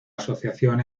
asociación